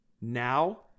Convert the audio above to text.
Now